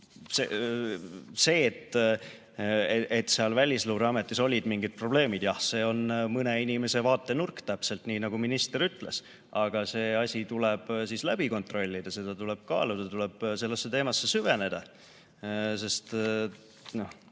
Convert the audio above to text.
see, et seal Välisluureametis olid mingid probleemid, jah, see on mõne inimese vaatenurk – täpselt nii, nagu minister ütles. Aga see asi tuleb siis üle kontrollida, seda tuleb kaaluda, tuleb sellesse teemasse süveneda. See